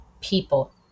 people